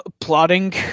plotting